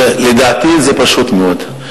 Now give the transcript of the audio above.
לדעתי זה פשוט מאוד.